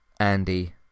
Andy